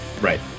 right